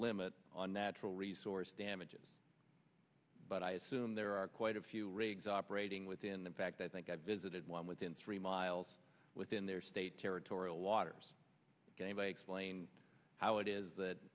limit on natural resource damages but i assume there are quite a few rigs operating within the fact i think i've visited one within three miles within their state territorial waters gave a explain how it is that